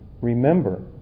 Remember